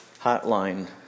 hotline